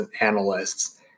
analysts